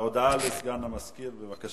הודעה לסגן מזכירת הכנסת, בבקשה.